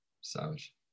Savage